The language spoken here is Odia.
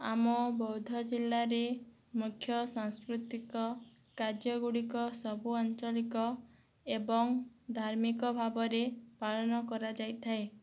ଆମ ବୌଦ୍ଧ ଜିଲ୍ଲାରେ ମୁଖ୍ୟ ସାଂସ୍କୃତିକ କାର୍ଯ୍ୟଗୁଡ଼ିକ ସବୁ ଆଞ୍ଚଳିକ ଏବଂ ଧାର୍ମିକ ଭାବରେ ପାଳନ କରାଯାଇଥାଏ